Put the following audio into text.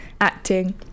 acting